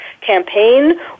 campaign